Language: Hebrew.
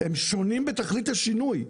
הם שונים בתכלית השינוי.